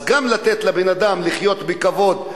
אז גם לתת לבן-אדם לחיות בכבוד,